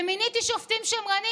ומיניתי שופטים שמרנים.